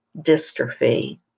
dystrophy